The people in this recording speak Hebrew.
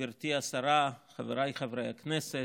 גברתי השרה, חבריי חברי הכנסת,